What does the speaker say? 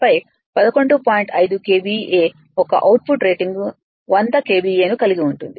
5 KVA యొక్క output rating 100 KVA ను కలిగి ఉంది